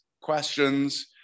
questions